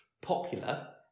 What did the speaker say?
popular